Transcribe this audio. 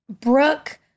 Brooke